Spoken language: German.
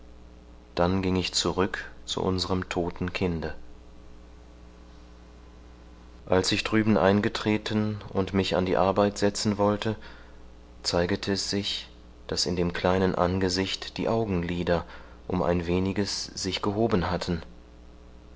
dann ging ich zurück zu unserem todten kinde als ich drüben eingetreten und mich an die arbeit setzen wollte zeigete es sich daß in dem kleinen angesicht die augenlider um ein weniges sich gehoben hatten